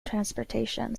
transportation